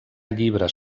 llibres